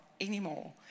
anymore